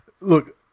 look